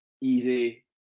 easy